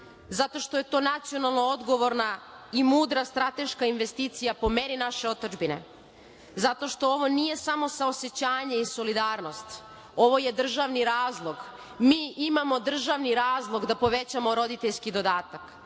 Zato što je to nacionalno odgovorna i mudra strateška investicija po meri naše otadžbine. Zato što ovo nije samo saosećanje i solidarnost, ovo je državni razlog. Mi imamo državni razlog da povećamo roditeljski dodatak.